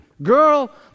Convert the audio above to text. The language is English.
Girl